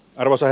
arvoisa